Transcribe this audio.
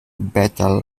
better